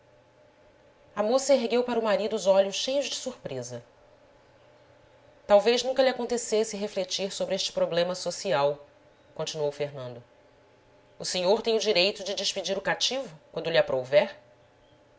a moça ergueu para o marido os olhos cheios de surpresa talvez nunca lhe acontecesse refletir sobre este problema social continuou fernando o senhor tem o direito de despedir o cativo quando lhe aprouver